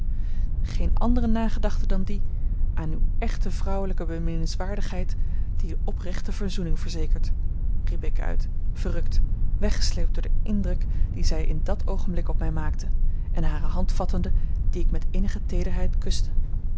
geene andere nagedachte dan die aan uwe echt vrouwelijke beminnenswaardigheid die de oprechte verzoening verzekert riep ik uit verrukt weggesleept door den indruk dien zij in dat oogenblik op mij maakte en hare hand vattende die ik met innige teederheid kuste